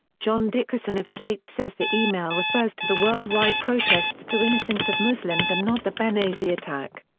john dickerson of slate says the email refers to the worldwide protests to innocence of muslims and not the benghazi attack.